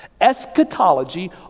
Eschatology